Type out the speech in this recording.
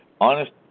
honest